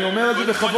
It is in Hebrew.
אני אומר את זה בכבוד,